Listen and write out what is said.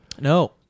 no